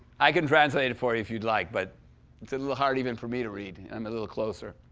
i can translate it for you if you'd like, but it's a little hard even for me to read, i'm a little closer.